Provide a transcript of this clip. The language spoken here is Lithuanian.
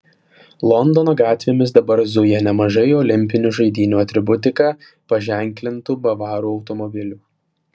londono gatvėmis dabar zuja nemažai olimpinių žaidynių atributika paženklintų bavarų automobilių